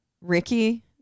Ricky